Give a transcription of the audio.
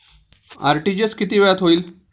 RTGS किती वेळात होईल?